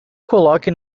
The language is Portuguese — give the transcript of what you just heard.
coloque